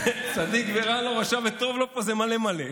צדיק ורע לו, רשע וטוב לו, פה זה מלא מלא.